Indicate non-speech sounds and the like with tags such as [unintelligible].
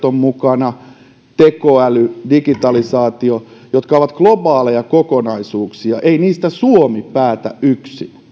[unintelligible] ovat mukana esimerkiksi kyberteknologiat tekoäly digitalisaatio jotka ovat globaaleja kokonaisuuksia ei niistä suomi päätä yksin